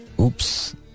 oops